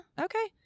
okay